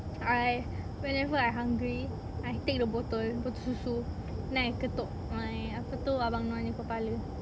I whenever I hungry I take the botol botol susu then I ketuk my apa tu abang noah punya kepala